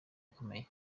akomeye